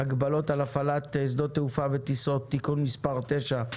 (הגבלות על הפעלת שדות תעופה וטיסות) (תיקון מס' 9),